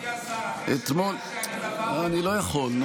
אדוני השר, מאז שאני, אני לא יכול.